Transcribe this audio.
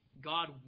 God